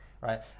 right